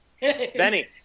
Benny